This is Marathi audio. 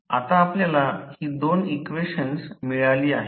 आता आपल्याला ही दोन इक्वेशन्स मिळाली आहेत